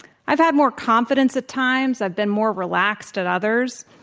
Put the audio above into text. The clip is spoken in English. i've had more confidence at times. i've been more relaxed at others.